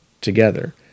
together